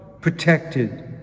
protected